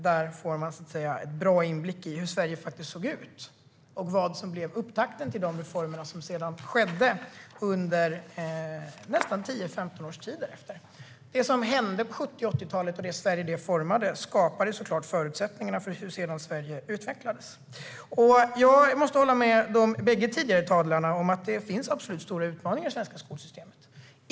Där får man en bra inblick i hur Sverige faktiskt såg ut och vad som var upptakten till de reformer som sedan skedde under nästan 10-15 års tid därefter. Det som hände på 70 och 80-talen och det Sverige det formade skapade såklart förutsättningarna för hur Sverige sedan utvecklades. Jag måste hålla med de bägge tidigare talarna om att det absolut finns stora utmaningar i det svenska skolsystemet.